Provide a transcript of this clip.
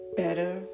better